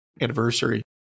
anniversary